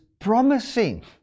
promising